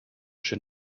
schön